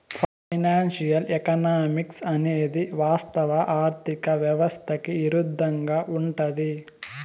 financial economics అనేది వాస్తవ ఆర్థిక వ్యవస్థకి ఇరుద్దంగా ఉంటది